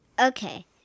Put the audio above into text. Okay